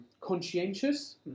conscientious